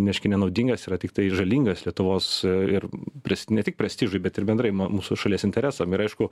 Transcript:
neaiškia nenaudingas yra tiktai žalingas lietuvos ir pris ne tik prestižui bet ir bendrai mu mūsų šalies interesam ir aišku